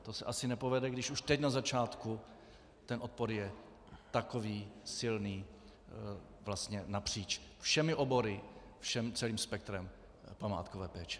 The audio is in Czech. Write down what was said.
To se asi nepovede, když už teď na začátku ten odpor je takový silný vlastně napříč všemi obory, celým spektrem památkové péče.